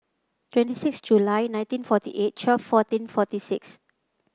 twenty six July nineteen forty eight twelve fourteen forty six